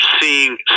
seeing